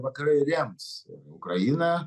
vakarai rems ukrainą